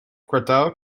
kwartaal